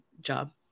job